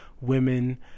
women